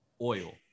oil